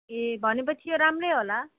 ए भनेपछि यो राम्रै होला